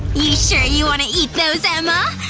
you sure you wanna eat those, emma?